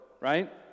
right